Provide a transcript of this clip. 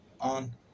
on